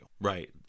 Right